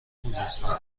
خوزستان